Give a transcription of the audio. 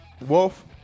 Wolf